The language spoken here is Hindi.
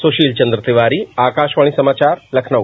सुशील चंद्र तिवारी आकाशवाणी समाचार लखनऊ